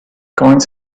coins